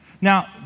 Now